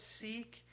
seek